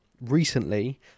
recently